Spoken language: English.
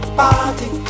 party